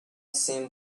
seemed